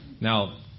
Now